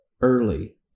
early